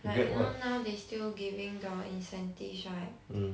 like you know now they still giving the incentives right